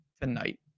tonight